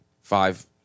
Five